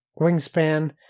Wingspan